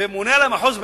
והממונה על המחוז בעד,